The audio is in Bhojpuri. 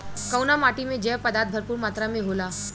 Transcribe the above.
कउना माटी मे जैव पदार्थ भरपूर मात्रा में होला?